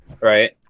Right